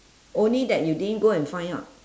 only that you didn't go and find out